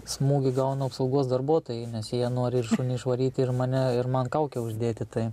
smūgį gauna apsaugos darbuotojai nes jie nori ir šunį išvaryti ir mane ir man kaukę uždėti tai